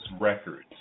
Records